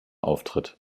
auftritt